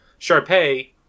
Sharpay